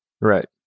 right